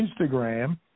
Instagram